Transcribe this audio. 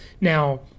Now